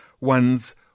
one's